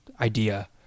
idea